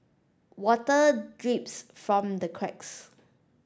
water drips from the cracks